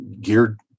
geared